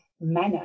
manner